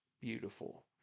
beautiful